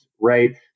right